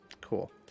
Cool